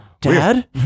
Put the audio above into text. Dad